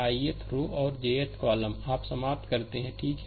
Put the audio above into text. Ith row और jth column आप समाप्त करते हैं ठीक है